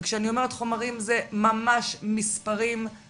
וכשאני אומרת חומרים זה ממש דיווח